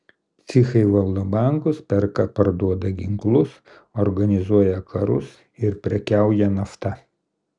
psichai valdo bankus perka parduoda ginklus organizuoja karus ir prekiauja nafta